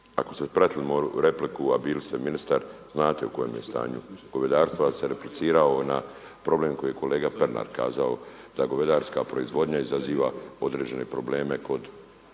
ako ste pratili moju repliku a bili ste ministar, znate u kojem je stanju govedarstvo ali sam replicirao na problem koji je kolega Pernar kazao da govedarska proizvodnja izaziva određene probleme kod